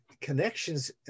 connections